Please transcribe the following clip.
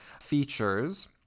features